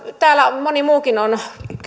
täällä moni muukin on